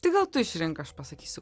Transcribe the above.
tai gal tu išrink aš pasakysiu